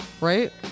right